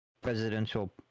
presidential